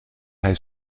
hij